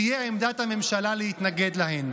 תהיה עמדת הממשלה להתנגד להן.